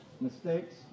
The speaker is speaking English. mistakes